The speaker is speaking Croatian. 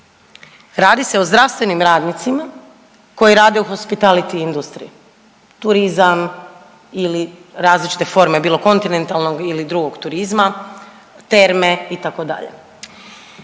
Radi se o zdravstvenim radnicima koji rade u hospitality industriji, turizam ili različite forme bilo kontinentalnog ili drugog turizma, terme itd.